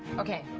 okay.